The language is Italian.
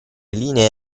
linee